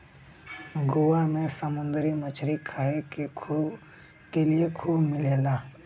गोवा में समुंदरी मछरी खाए के लिए खूब मिलेला